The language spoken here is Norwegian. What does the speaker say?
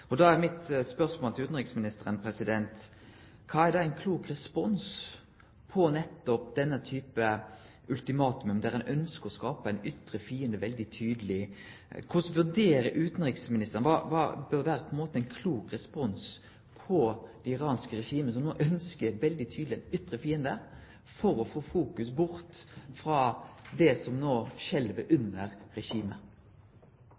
Da er mitt spørsmål til utanriksministaren: Kva er da ein klok respons på nettopp denne typen ultimatum, der ein ønskjer å skape ein ytre fiende veldig tydeleg? Korleis vurderer utanriksministaren det, kva bør vere ein klok respons til det iranske regimet, som no ønskjer veldig tydeleg ein ytre fiende, for å få fokus bort frå det som